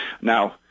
Now